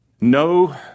No